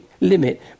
limit